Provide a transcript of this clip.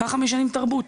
ככה משנים תרבות.